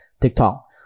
TikTok